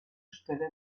stelle